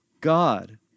God